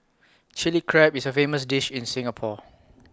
Chilli Crab is A famous dish in Singapore